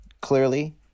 clearly